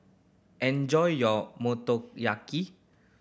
enjoy your Motoyaki